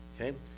Okay